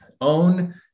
Own